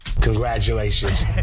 Congratulations